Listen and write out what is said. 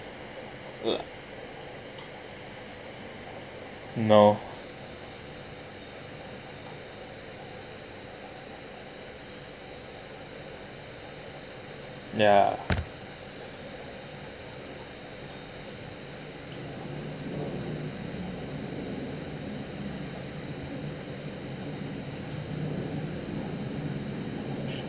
like no